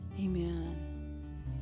Amen